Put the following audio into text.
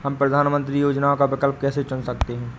हम प्रधानमंत्री योजनाओं का विकल्प कैसे चुन सकते हैं?